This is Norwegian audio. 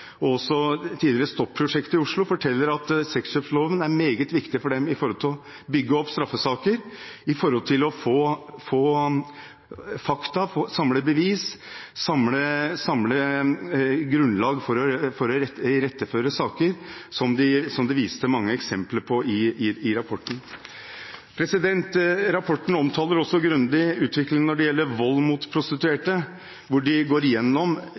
og det tidligere STOP-prosjektet i Oslo, forteller at sexkjøpsloven er meget viktig for dem med tanke å bygge opp straffesaker, med tanke på å få fakta, samle bevis og samle grunnlag for å iretteføre saker, som de viser til mange eksempler på i rapporten. Rapporten omtaler også grundig utviklingen når det gjelder vold mot prostituerte, hvor de går gjennom